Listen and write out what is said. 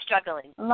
Struggling